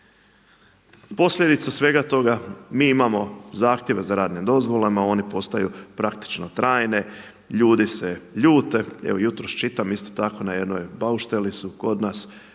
Posljedica svega toga mi imamo zahtjeve za radnim dozvolama one postaju praktično trajne, ljudi se ljute. Evo jutros čitam isto tako na jednoj baušteli su kod nas